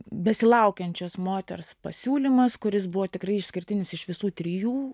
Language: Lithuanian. besilaukiančios moters pasiūlymas kuris buvo tikrai išskirtinis iš visų trijų